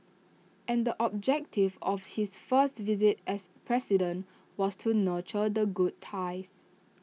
and the objective of his first visit as president was to nurture the good ties